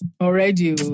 Already